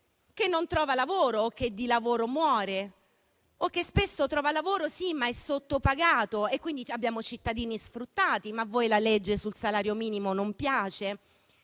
che non trova lavoro, che di lavoro muore o che spesso, sì, lo trova, ma è sottopagato, quindi abbiamo cittadini sfruttati (ma a voi la legge sul salario minimo non piace);